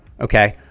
Okay